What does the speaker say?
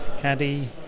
Caddy